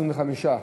25,